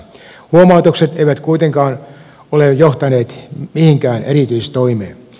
huomautukset eivät kuitenkaan ole johtaneet mihinkään erityistoimiin